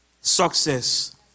success